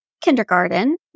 kindergarten